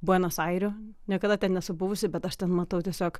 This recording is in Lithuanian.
buenos airių niekada ten nesu buvusi bet aš ten matau tiesiog